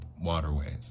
waterways